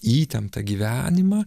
įtemptą gyvenimą